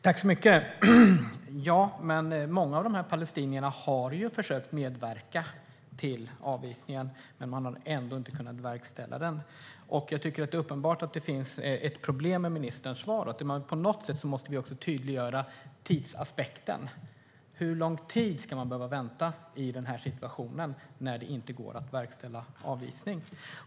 Fru talman! Många av de här palestinierna har försökt medverka till avvisningen, men man har ändå inte kunnat verkställa den. Jag tycker att det är uppenbart att det finns ett problem med ministerns svar. På något sätt måste vi också tydliggöra tidsaspekten. Hur lång tid ska man behöva vänta i den här situationen när det inte går att verkställa avvisning?